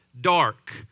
Dark